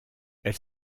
elle